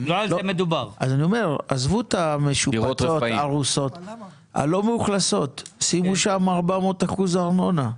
עזבו את המשופצות, ההרוסות; שימו שם 400% ארנונה,